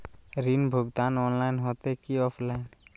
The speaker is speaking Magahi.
ऋण भुगतान ऑनलाइन होते की ऑफलाइन?